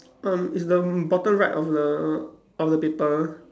um it's the bottom right of the of the paper